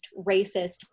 racist